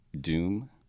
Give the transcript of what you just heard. Doom